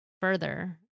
further